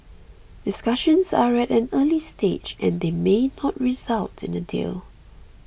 discussions are at an early stage and they may not result in a deal